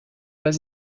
pas